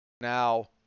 Now